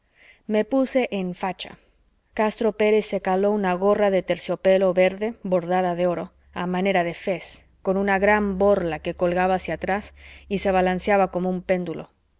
me puse en facha castro pérez se caló una gorra de terciopelo verde bordada de oro a manera de fez con una gran borla que colgaba hacia atrás y se balanceaba como un péndulo